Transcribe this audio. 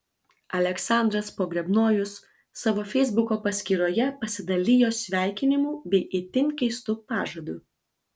aleksandras pogrebnojus savo feisbuko paskyroje pasidalijo sveikinimu bei itin keistu pažadu